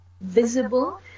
visible